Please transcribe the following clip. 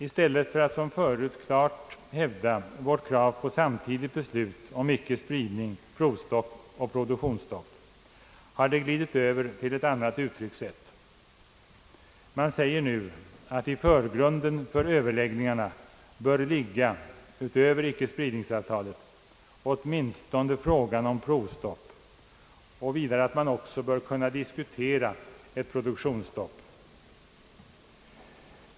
I stället för att som förut klart hävda vårt krav på samtidigt beslut om icke spridning, provstopp och produktionsstopp har det glidit över till ett annat uttryckssätt. Man säger nu, att i förgrunden för överläggningarna bör ligga, utöver ickespridningsavtalet, åtminstone frågan om provstopp och att man också bör kunna diskutera ett produktionsstopp.